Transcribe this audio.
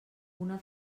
una